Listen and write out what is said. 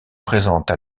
présentes